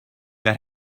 that